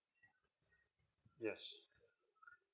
yes